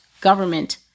government